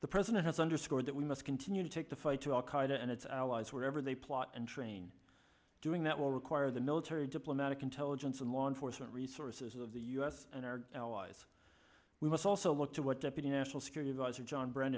the president has underscored that we must continue to take the fight to al qaida and its allies wherever they plot and train doing that will require the military diplomatic intelligence and law enforcement resources of the u s and our allies we must also look to what deputy national security advisor john br